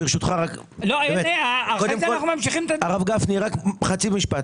הרב גפני, רק חצי משפט.